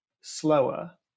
slower